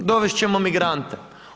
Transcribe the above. Dovest ćemo migrante.